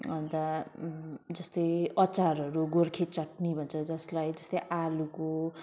अन्त जस्तै अचारहरू गोर्खे चटनी भन्छ जसलाई जस्तै आलुको